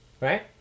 right